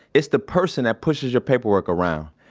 it's the person that pushes your paperwork around.